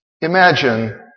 imagine